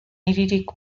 hiririk